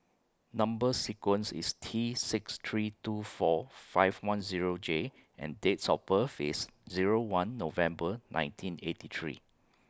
Number sequence IS T six three two four five one Zero J and Dates of birth IS Zero one November nineteen eighty three